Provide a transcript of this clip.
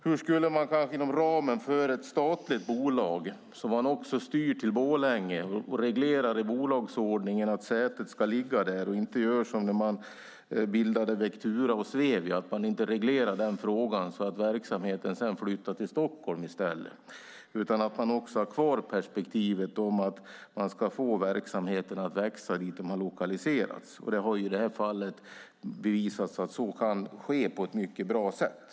Man skulle kunna göra det inom ramen för ett statligt bolag som man också styr till Borlänge och reglerar i bolagsordningen att sätet ska ligga där - det vill säga att man inte gör som när man bildade Vectura och Svevia och inte reglerade den frågan, så att verksamheten sedan flyttades till Stockholm. Man ska ha kvar perspektivet att man ska få verksamheten att växa där den har lokaliserats. Det har i det här fallet bevisats att så kan ske på ett bra sätt.